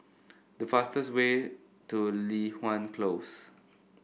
the fastest way to Li Hwan Close